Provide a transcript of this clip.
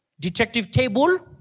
detective table?